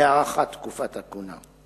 להארכת תקופת הכהונה.